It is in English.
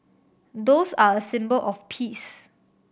doves are a symbol of peace